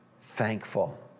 thankful